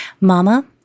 mama